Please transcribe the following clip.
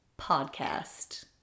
podcast